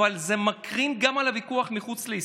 אבל זה מקרין גם על הוויכוח מחוץ לישראל.